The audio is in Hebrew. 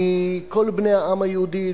מכל בני העם היהודי,